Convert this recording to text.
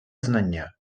знання